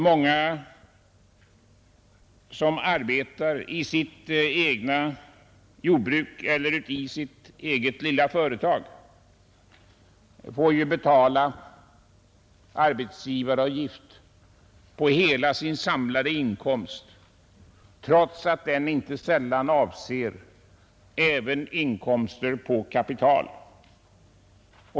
Många som arbetar i sitt eget jordbruk eller i sitt eget lilla företag får ju betala arbetsgivaravgift på hela sin samlade inkomst, trots att den inte sällan avser även intäkter av kapital.